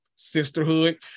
Sisterhood